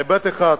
ההיבט האחד: